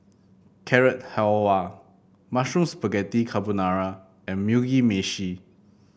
Carrot Halwa Mushroom Spaghetti Carbonara and Mugi Meshi